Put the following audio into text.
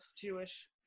Jewish